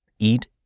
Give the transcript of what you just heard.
eat